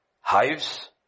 hives